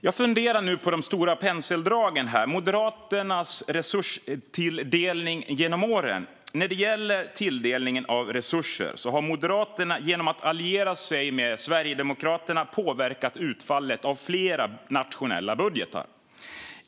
Jag funderar nu på de stora penseldragen: Moderaternas resurstilldelning genom åren. Moderaterna har genom att alliera sig med Sverigedemokraterna påverkat utfallet av flera nationella budgetar.